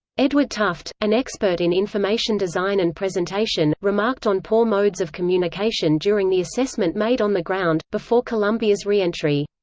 edward tufte, an expert in information design and presentation, remarked on poor modes of communication during the assessment made on the ground, before columbia's reentry.